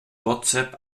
whatsapp